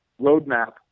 roadmap